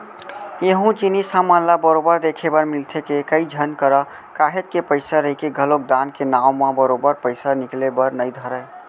एहूँ जिनिस हमन ल बरोबर देखे बर मिलथे के, कई झन करा काहेच के पइसा रहिके घलोक दान के नांव म बरोबर पइसा निकले बर नइ धरय